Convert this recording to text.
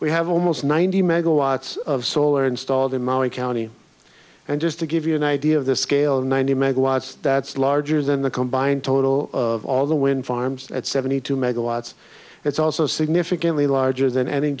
we have almost ninety megawatts of solar installed in maui county and just to give you an idea of the scale of ninety megawatts that's larger than the combined total of all the wind farms at seventy two megawatts it's also significantly larger than any